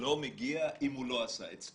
לא מגיע אם הוא לא עשה את זה.